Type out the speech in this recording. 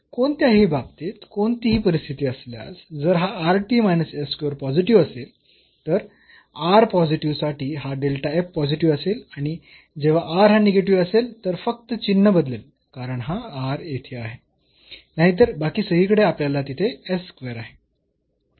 तर कोणत्याही बाबतीत कोणतीही परिस्थिती असल्यास जर हा पॉझिटिव्ह असेल तर r पॉझिटिव्ह साठी हा पॉझिटिव्ह असेल आणि जेव्हा r हा निगेटिव्ह असेल तर फक्त चिन्ह बदलेल कारण हा r येथे आहे नाहीतर बाकी सगळीकडे आपल्याकडे तिथे s स्क्वेअर आहे